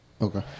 Okay